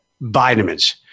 vitamins